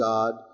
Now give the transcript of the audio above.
God